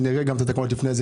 שנראה גם את התקנות לפני זה,